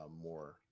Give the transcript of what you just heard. more